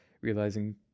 realizing